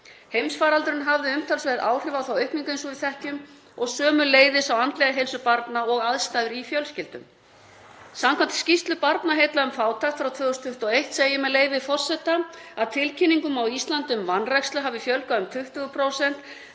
Heimsfaraldurinn hafði umtalsverð áhrif á þá aukningu, eins og við þekkjum, og sömuleiðis á andlega heilsu barna og aðstæður í fjölskyldum. Samkvæmt skýrslu Barnaheilla um fátækt frá 2021 segir, með leyfi forseta, að tilkynningum á Íslandi um vanrækslu hafi fjölgað um 20%